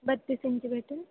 बत्तीस इंची भेटेल